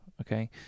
Okay